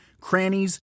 crannies